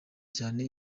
cyane